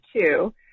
two